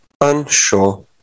unsure